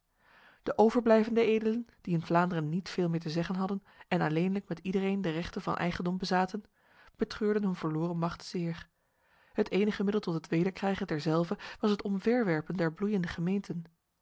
de overblijvende edelen die in vlaanderen niet veel meer te zeggen hadden en alleenlijk met iedereen de rechten van eigendom bezaten betreurden hun verloren macht zeer het enige middel tot het wederkrijgen derzelve was het omverwerpen der bloeiende gemeenten